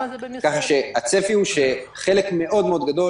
הצפי הוא שחלק גדול מאוד-מאוד,